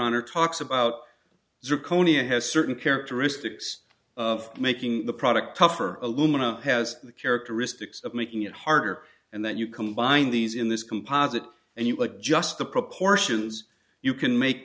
honor talks about zirconia has certain characteristics of making the product tougher alumina has the characteristics of making it harder and then you combine these in this composite and you like just the proportions you can make